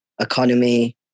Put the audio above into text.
economy